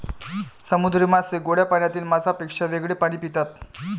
समुद्री मासे गोड्या पाण्यातील माशांपेक्षा वेगळे पाणी पितात